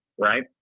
right